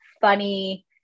funny